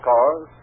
Cars